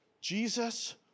Jesus